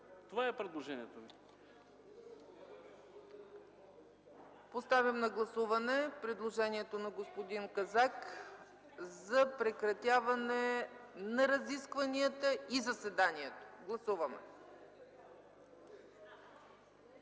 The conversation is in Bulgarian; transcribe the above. ЦЕЦКА ЦАЧЕВА: Поставям на гласуване предложението на господин Казак за прекратяване на разискванията и заседанието. Гласували